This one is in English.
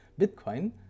Bitcoin